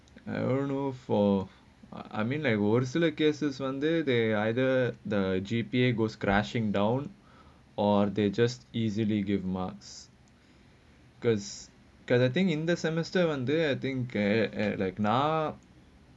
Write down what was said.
I don't know for I mean like what sort of cases one day they either the G_P_A goes crashing down or they just easily give marks because kind of think in the semester one day I think care at like நா:naa